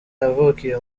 yavukiye